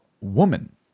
woman